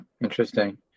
interesting